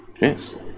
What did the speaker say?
Yes